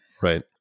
Right